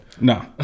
No